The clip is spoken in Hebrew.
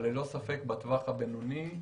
אבל ללא ספק בטווח הבינוני,